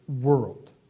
world